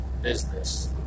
Business